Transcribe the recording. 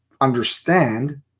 understand